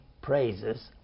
praises